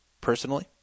personally